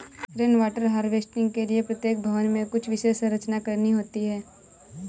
rain water harvesting के लिए प्रत्येक भवन में कुछ विशेष संरचना करनी होती है